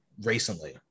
recently